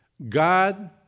God